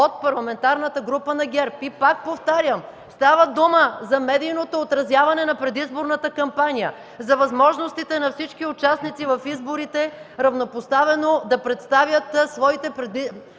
от Парламентарната група на ГЕРБ. Пак повтарям – става дума за медийното отразяване на предизборната кампания, за възможностите на всички участници в изборите равнопоставено да представят своите предизборни